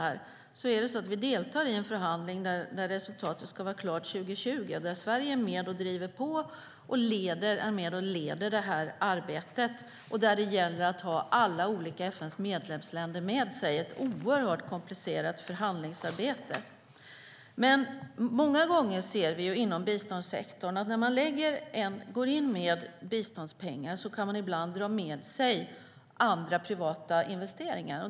Vi ska vara på det klara med att vi deltar i en förhandling där resultatet ska vara klart 2020 och där Sverige är med och driver på och med och leder arbetet. Det gäller att FN:s alla olika medlemsländer med sig, så det är ett oerhört komplicerat förhandlingsarbete. Många gånger ser vi inom biståndssektorn att när man går in med biståndspengar kan man ibland dra med sig andra privata investeringar.